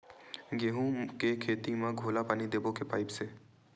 गेहूं के खेती म घोला पानी देबो के पाइप से?